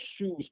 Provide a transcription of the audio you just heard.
shoes